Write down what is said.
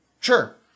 sure